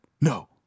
No